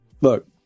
look